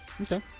Okay